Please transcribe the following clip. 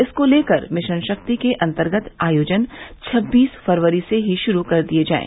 इसको लेकर मिशन शक्ति के अन्तर्गत आयोजन छब्बीस फरवरी से ही शुरू कर दिये जाये